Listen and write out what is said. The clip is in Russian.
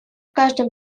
каждом